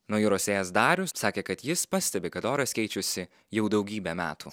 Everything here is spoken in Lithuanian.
nuo jūros ėjęs darius sakė kad jis pastebi kad oras keičiasi jau daugybę metų